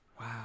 Wow